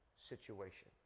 situation